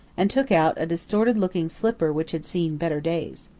and took out a distorted-looking slipper which had seen better days.